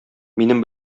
минем